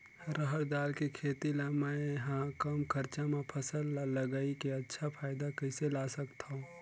रहर दाल के खेती ला मै ह कम खरचा मा फसल ला लगई के अच्छा फायदा कइसे ला सकथव?